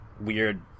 weird